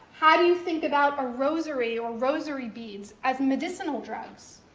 how do you think about a rosary or rosary beads as medicinal drugs?